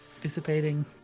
dissipating